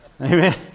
Amen